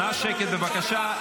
נא שקט, בבקשה.